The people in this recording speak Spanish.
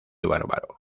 bárbaro